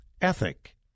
ethic